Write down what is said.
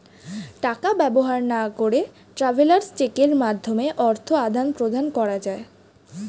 টাকা ব্যবহার না করে ট্রাভেলার্স চেকের মাধ্যমে অর্থ আদান প্রদান করা যায়